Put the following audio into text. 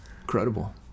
Incredible